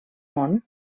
món